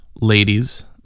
ladies